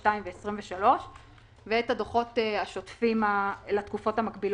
ה-22 וה-23 ואת הדוחות השוטפים לתקופות המקבילות.